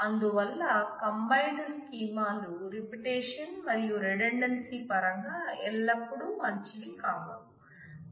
అందువల్ల కంబైన్డ్ స్కీమాలు రిపిటేషన్ మరియు రిడండేన్సి పరంగా ఎల్లప్పుడూ మంచివి కావు